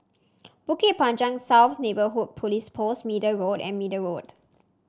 Bukit Panjang South Neighbourhood Police Post Middle Road and Middle Road